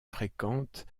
fréquentes